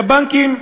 והבנקים,